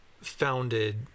founded